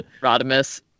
Rodimus